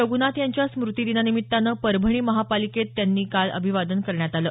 रघुनाथ यांच्या स्मूती दिनानिमित्तानं परभणी महापालिकेत त्यांना काल अभिवादन करण्यात आलं